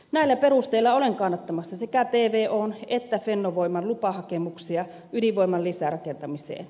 näillä perusteilla olen kannattamassa sekä tvon että fennovoiman lupahakemuksia ydinvoiman lisärakentamiseen